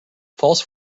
false